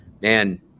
man